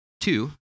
Two